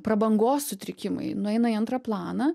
prabangos sutrikimai nueina į antrą planą